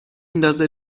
ندازه